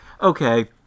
okay